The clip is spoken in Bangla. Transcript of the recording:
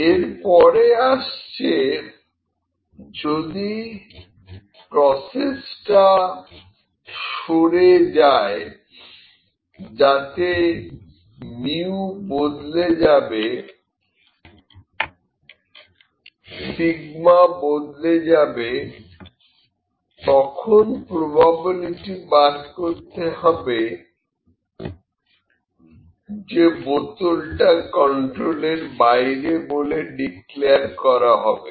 c P X 1 nC1 p11−Pn−116C1004561 1−00456 15 ¿ 03623 d X N 3704 →P X ¿ 358 বা P X ¿ 362 P Z¿ 358 36704 P Z¿362 3704 P Z¿ 1204 PZ¿ 0804 P Z¿ 3 P Z¿ 2 00013 1 00028 09785 এর পরে আসছে যদি প্রসেস টা সরে যায় যাতে μ বদলে যাবে σ বদলে যাবে তখন প্রবাবিলিটি বার করতে হবে যে বোতলটা কন্ট্রোলের বাইরে বলে ডিক্লেয়ার করা হবে